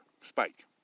Spike